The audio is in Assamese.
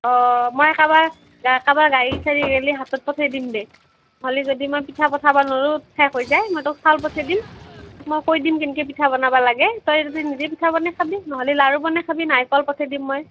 অঁ মই কাবাক কাবাৰ গাড়ী চাড়ী গেলি হাতত পঠেই দিম দে হলি যদি মই পিঠা পঠাবা নৰো শেষ হৈ যায় মই তোক চাউল পঠেই দিম মই কৈ দিম কেনকৈ পিঠা বনাবা লাগে তই তাতে নিজেই পিঠা বনাই খাবি ন'হলে লাৰু বনাই খাবি নাৰিকল পঠেই দিম মই